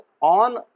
on